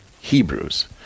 Hebrews